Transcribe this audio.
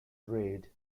raid